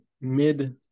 mid